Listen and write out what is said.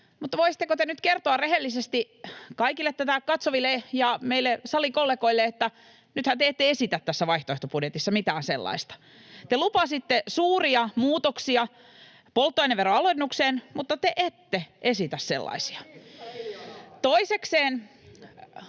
Voisitteko te nyt kertoa rehellisesti kaikille tätä katsoville ja meille salikollegoille, että nythän te ette esitä tässä vaihtoehtobudjetissa mitään sellaista? Te lupasitte suuria alennuksia polttoaineveroihin, mutta te ette esitä sellaisia. [Välihuutoja